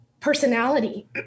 Personality